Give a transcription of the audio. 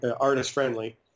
artist-friendly